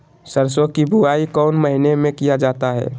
सरसो की बोआई कौन महीने में किया जाता है?